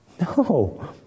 No